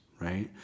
Right